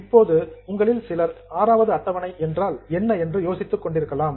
இப்போது உங்களில் சிலர் VI வது அட்டவணை என்றால் என்ன என்று யோசித்துக் கொண்டிருக்கலாம்